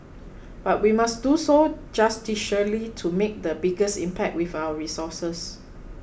but we must do so judiciously to make the biggest impact with our resources